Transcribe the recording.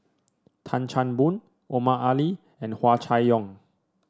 Tan Chan Boon Omar Ali and Hua Chai Yong